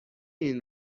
این